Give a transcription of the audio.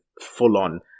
full-on